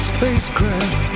spacecraft